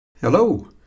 Hello